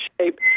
shape